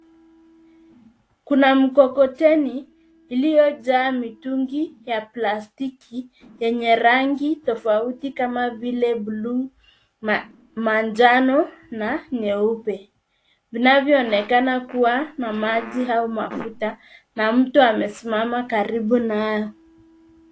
Kuna mkokoteni iliojaa mitungi ya plastiki yenye rangi tofauti kama vile bluu, manjano na nyeupe, vinavyoonekana kuwa na maji au mafuta na mtu amesimama karibu nayo.